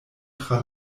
tra